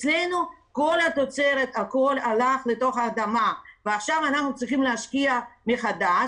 אצלנו כל התוצרת הלכה אל תוך האדמה ועכשיו אנחנו צריכים להשקיע מחדש,